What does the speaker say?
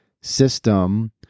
system